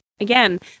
Again